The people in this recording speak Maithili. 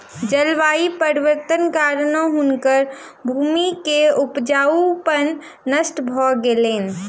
जलवायु परिवर्तनक कारणेँ हुनकर भूमि के उपजाऊपन नष्ट भ गेलैन